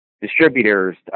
distributors